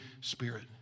Spirit